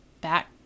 back